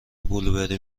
بلوبری